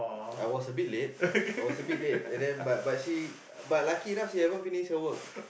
I was a bit late I was a bit late and then but but she but lucky she haven't finish her work